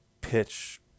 pitch